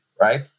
right